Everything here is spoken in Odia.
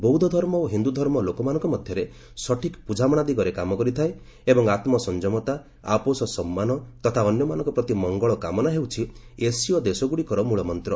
ବୌଦ୍ଧ ଧର୍ମ ଓ ହିନ୍ଦୁ ଧର୍ମ ଲୋକମାନଙ୍କ ମଧ୍ୟରେ ସଠିକ୍ ବୁଝାମଣା ଦିଗରେ କାମ କରିଥାଏ ଏବଂ ଆତ୍ମ ସଂଯମତା ଆପୋଷ ସମ୍ମାନ ତଥା ଅନ୍ୟମାନଙ୍କ ପ୍ରତି ମଙ୍ଗଳକାମନା ହେଉଛି ଏସୀୟ ଦେଶଗୁଡ଼ିକର ମୂଳ ମନ୍ତ୍ର